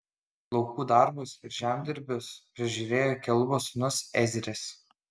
laukų darbus ir žemdirbius prižiūrėjo kelubo sūnus ezris